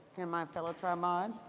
and my fellow tri-mod?